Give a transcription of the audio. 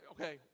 okay